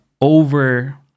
over